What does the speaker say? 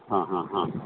ಹಾಂ ಹಾಂ ಹಾಂ